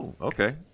Okay